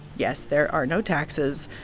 yes, there are no taxes,